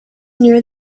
near